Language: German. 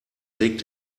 regt